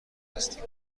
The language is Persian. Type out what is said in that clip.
هستیم